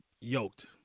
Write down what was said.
yoked